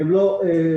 הם לא סופניים.